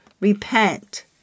Repent